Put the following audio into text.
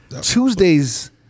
Tuesdays